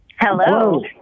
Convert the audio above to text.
Hello